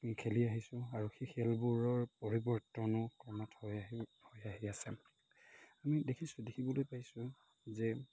খেলি আহিছোঁ আৰু সেই খেলবোৰৰ পৰিৱৰ্তনৰ ক্ৰমত হৈ আহি হৈ আহি আছে আমি দেখিছোঁ দেখিবলৈ পাইছোঁ যে